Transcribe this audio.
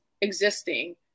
existing